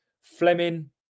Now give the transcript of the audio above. Fleming